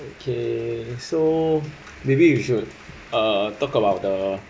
okay so maybe you should uh talk about the